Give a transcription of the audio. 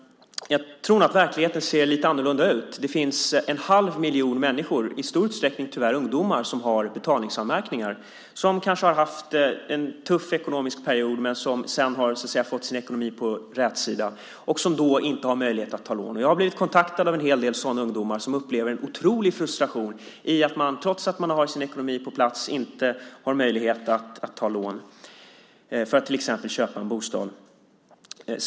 Jag tror nog att verkligheten ser lite annorlunda ut. Det finns en halv miljon människor, tyvärr i stor utsträckning ungdomar, som har betalningsanmärkningar. De har kanske haft en tuff ekonomisk period men har sedan fått rätsida på sin ekonomi. De har då inte möjlighet att ta lån. Jag har blivit kontaktad av en hel del sådana ungdomar som upplever en otrolig frustration i att de trots att de har sin ekonomi på plats inte har möjlighet att ta lån för att till exempel köpa en bostad.